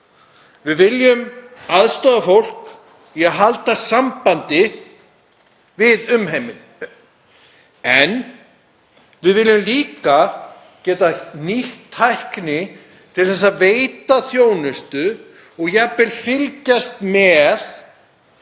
við viljum aðstoða fólk við að halda sambandi við umheiminn en við viljum líka geta nýtt tækni til að veita þjónustu og jafnvel fylgjast með